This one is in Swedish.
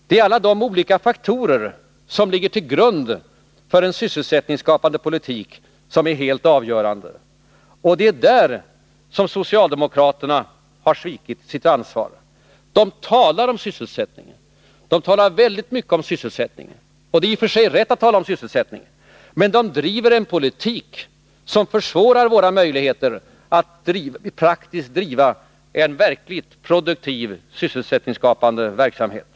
Det är alla de olika faktorer som ligger till grund för en sysselsättningsskapande politik som är helt avgörande. Det är där som socialdemokraterna har svikit sitt ansvar. De talar om sysselsättningen; de talar väldigt mycket om sysselsättningen. Det är i och för sig rätt att tala om sysselsättningen, men de föreslår en politik som försvårar våra möjligheter att praktiskt driva en verkligt produktiv sysselsättningsskapande verksamhet.